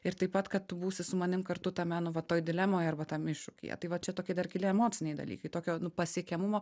ir taip pat kad tu būsi su manim kartu tame nu vat toj dilemoje arba tam iššūkyje tai va čia tokie dar kiti emociniai dalykai tokio nu pasiekiamumo